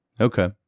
Okay